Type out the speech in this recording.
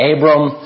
Abram